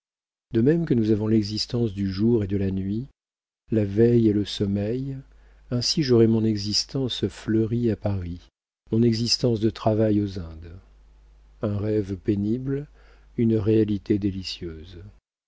de même que nous avons l'existence du jour et de la nuit la veille et le sommeil ainsi j'aurai mon existence fleurie à paris mon existence de travail aux indes un rêve pénible une réalité délicieuse